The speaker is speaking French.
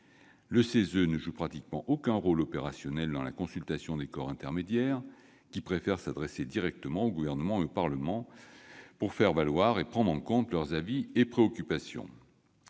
Le CESE ne joue pratiquement aucun rôle opérationnel dans la consultation des corps intermédiaires, qui préfèrent s'adresser directement au Gouvernement et au Parlement pour faire valoir leurs avis et préoccupations.